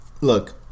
look